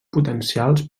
potencials